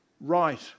right